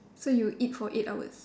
so you eat for eight hours